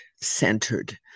centered